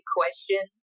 question